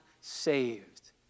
saved